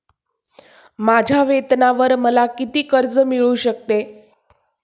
माझ्या वेतनावर मला किती कर्ज मिळू शकते?